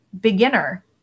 beginner